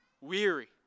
weary